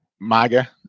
MAGA